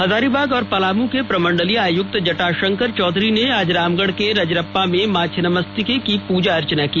हजारीबाग और पलामू के प्रमंडलीय आयुक्त जटाशंकर चौधरी ने आज रामगढ़ के रजरप्पा में मां छिन्नमस्तिके की पूजा अर्चना की